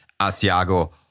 Asiago